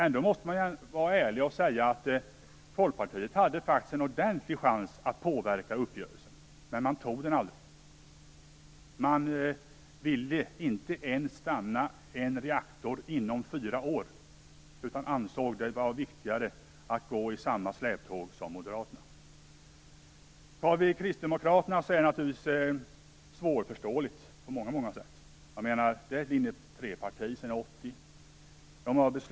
Ändå måste man vara ärlig och säga att Folkpartiet hade en ordentlig chans att påverka uppgörelsen, men man tog den aldrig. Man ville inte ens stoppa en reaktor inom fyra år, utan ansåg det vara viktigare att gå i Moderaternas släptåg. Kristdemokraterna är svårförståeliga på många sätt. Det är ett linje 3-parti sedan 1980.